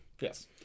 Yes